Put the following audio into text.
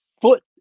foot